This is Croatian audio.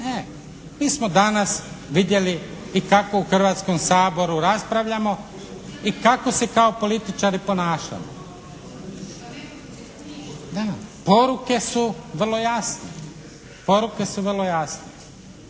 Ne, mi smo danas vidjeli i kako u Hrvatskom saboru raspravljamo i kako se kao političari ponašamo. Da, poruke su vrlo jasne. Poruke su vrlo jasne.